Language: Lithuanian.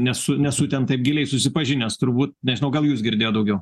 nesu nesu ten taip giliai susipažinęs turbūt nežinau gal jūs girdėjot daugiau